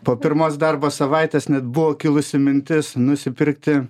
po pirmos darbo savaitės net buvo kilusi mintis nusipirkti